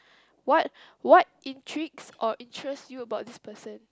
what what intrigues or interest you about this person